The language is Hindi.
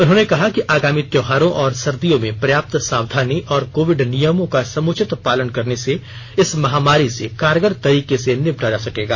उन्होंने कहा कि आगामी त्योहारों और सर्दियों में पर्याप्त सावधानी और कोविड नियमों का समुचित पालन करने से इस महामारी से कारगर तरीके से निपटा जा सकेगा